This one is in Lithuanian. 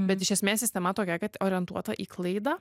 bet iš esmės sistema tokia kad orientuota į klaidą